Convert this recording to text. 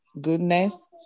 goodness